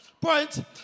point